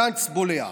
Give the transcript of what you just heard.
גנץ בולע.